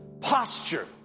posture